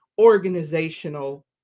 organizational